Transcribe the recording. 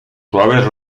suaves